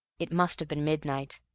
it must have been midnight.